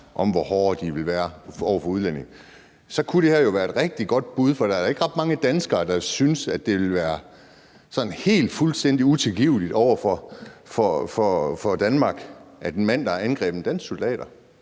om, hvor hårde de vil være over for udlændinge, kunne det her jo være et rigtig godt bud, for der er ikke ret mange danskere, der synes, at det vil være sådan helt fuldstændig utilgiveligt at udvise ham fra Danmark. Det er en mand, der har angrebet danske soldater